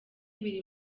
biri